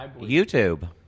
YouTube